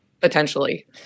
potentially